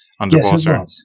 underwater